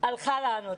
שהלכה לנו.